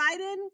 Biden